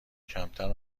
کمتر